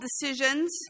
decisions